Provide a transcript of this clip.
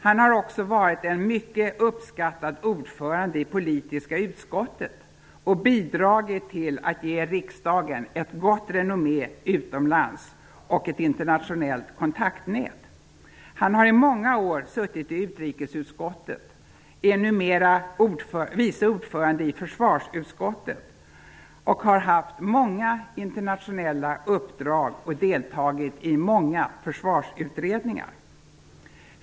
Han har också varit en mycket uppskattad ordförande i politiska utskottet och bidragit till att ge riksdagen ett gott renommé utomlands och ett internationellt kontaktnät. Han har i många år suttit i utrikesutskottet, är numera vice ordförande i försvarsutskottet och har haft många internationella uppdrag och deltagit i många försvarsutredningar.